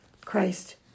Christ